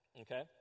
Okay